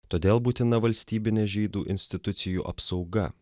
todėl būtina valstybinė žydų institucijų apsauga